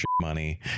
money